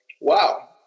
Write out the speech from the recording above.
wow